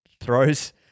throws